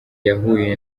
yahuye